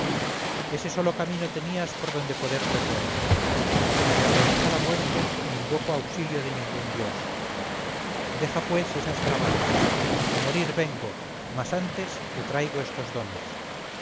hijo ese solo camino tenías por donde poder perderme ni me horroriza la muerte ni invoco auxilio de ningún dios deja pues esas bravatas a morir vengo mas antes te traigo estos dones